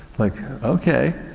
like, okay.